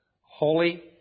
holy